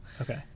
okay